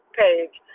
page